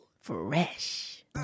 Fresh